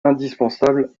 indispensable